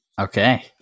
Okay